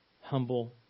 humble